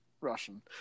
Russian